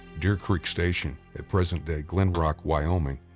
deer creek station, at present day glenrock, wyoming,